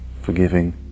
forgiving